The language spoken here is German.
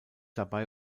dabei